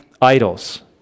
idols